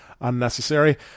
unnecessary